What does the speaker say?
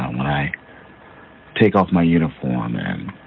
when i take off my uniform and,